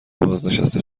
بازنشسته